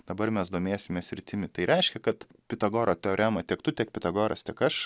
dabar mes domėsimės sritimi tai reiškia kad pitagoro teoremą tiek tu tiek pitagoras tiek aš